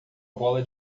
bola